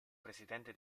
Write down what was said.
presidente